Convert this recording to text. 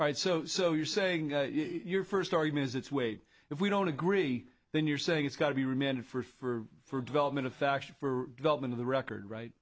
right so so you're saying your first argument is it's wait if we don't agree then you're saying it's got to be remanded for development of fashion for development of the record right